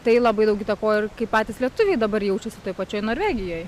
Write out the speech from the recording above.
tai labai daug įtakojo kai patys lietuviai dabar jaučiasi toj pačioj norvegijoj